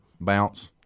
bounce